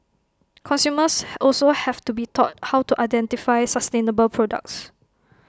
consumers also have to be taught how to identify sustainable products